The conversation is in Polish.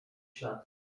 ślad